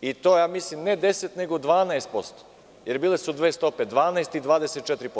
i to mislim ne 10%, nego 12%, jer bile su dve stope 12% i 24%